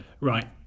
Right